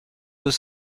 deux